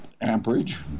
amperage